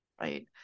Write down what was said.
right